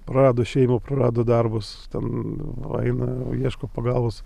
prarado šeimą prarado darbus ten paeina ieško pagalbos